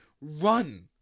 run